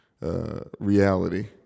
reality